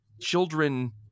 children